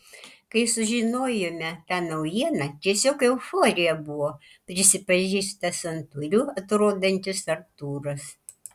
kai sužinojome tą naujieną tiesiog euforija buvo prisipažįsta santūriu atrodantis artūras